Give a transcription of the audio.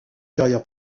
carrière